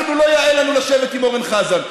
אנחנו, לא יאה לנו לשבת עם אורן חזן.